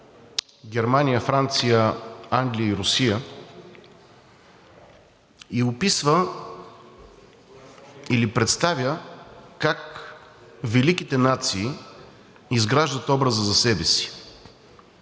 Германия, Франция, Англия и Русия, и описва, или представя как великите нации изграждат образа за себе си,